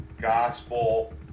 gospel